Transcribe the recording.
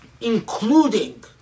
including